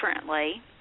differently